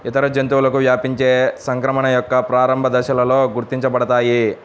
ఇతర జంతువులకు వ్యాపించే సంక్రమణ యొక్క ప్రారంభ దశలలో గుర్తించబడతాయి